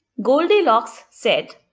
goldilocks said,